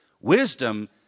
Wisdom